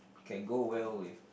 can go well with